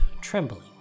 trembling